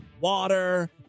water